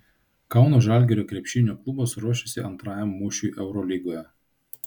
kauno žalgirio krepšinio klubas ruošiasi antrajam mūšiui eurolygoje